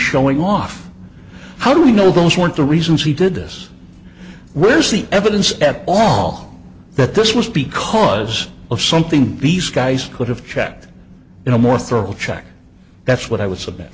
showing off how do we know those weren't the reasons he did this where is the evidence at all that this was because of something be skys could have checked in a more thorough check that's what i w